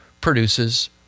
produces